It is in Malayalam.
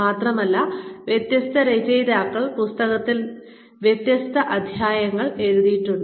മാത്രമല്ല വ്യത്യസ്ത രചയിതാക്കൾ പുസ്തകത്തിൽ വ്യത്യസ്ത അധ്യായങ്ങൾ എഴുതിയിട്ടുണ്ട്